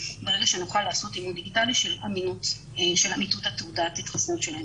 ברגע שנוכל לעשות אימות דיגיטלי של אמיתות תעודת ההתחסנות שלהם.